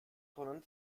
tonnen